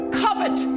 covet